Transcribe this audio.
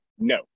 No